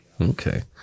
okay